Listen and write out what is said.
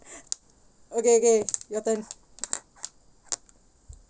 okay okay your turn